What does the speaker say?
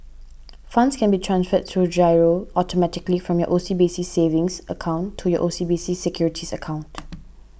funds can be transferred through G I R O automatically from your O C B C savings account to your O C B C securities account